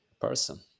person